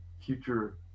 future